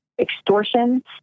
extortion